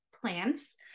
plants